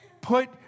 Put